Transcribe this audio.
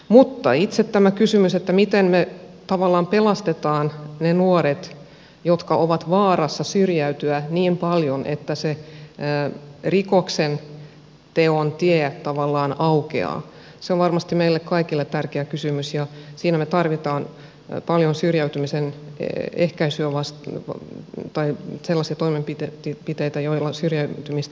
mutta itse tämä kysymys miten me tavallaan pelastamme ne nuoret jotka ovat vaarassa syrjäytyä niin paljon että se rikoksenteon tie tavallaan aukeaa se on varmasti meille kaikille tärkeä kysymys ja siinä me tarvitsemme paljon syrjäytymisen ehkäisy on laskettu että sellaiset sellaisia toimenpiteitä joilla syrjäytymistä ehkäistään